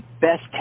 best